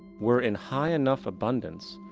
were in high enough abundance,